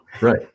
Right